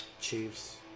Chiefs